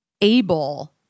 able